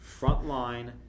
frontline